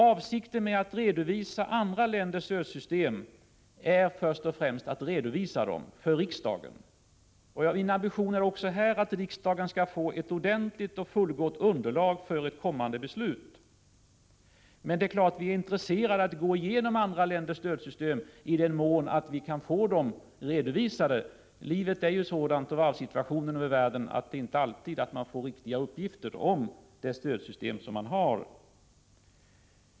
Avsikten med att redovisa andra länders stödsystem är först och främst att redovisa dem för riksdagen. Min ambition är också här att riksdagen skall få ett ordentligt och fullgott underlag för ett kommande beslut. Vi är naturligtvis intresserade av att gå igenom andra länders stödsystem i den mån vi kan få dem redovisade. Livet och varvssituationen i världen är ju sådana att man inte alltid får riktiga uppgifter om stödsystemen.